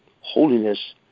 holiness